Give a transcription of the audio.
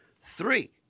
Three